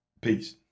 Peace